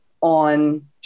on